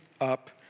up